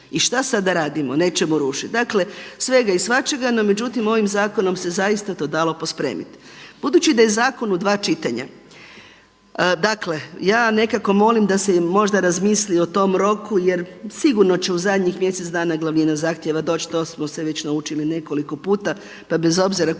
I što sad da radimo? Nećemo rušiti.“. Dakle, svega i svačega. No međutim, ovim zakonom se zaista to dalo pospremit. Budući da je zakon u dva čitanja, dakle ja nekako molim da se možda razmisli o tom roku jer sigurno će u zadnjih mjesec dana glavnina zahtjeva doći, to smo se već naučili nekoliko puta pa bez obzira koji